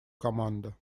команда